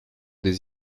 des